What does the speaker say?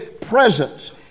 presence